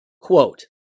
Quote